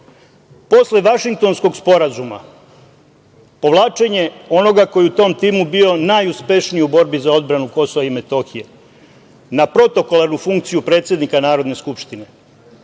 Vašingtonskog sporazuma povlačenje onoga koji je u tom timu bio najuspešniji u borbi za odbranu Kosova i Metohije, na protokolarnu funkciju predsednika Narodne skupštine